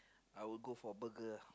I would go for burger uh